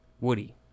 Woody